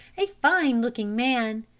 a fine-looking man.